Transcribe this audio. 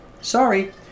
sorry